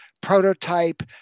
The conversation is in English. prototype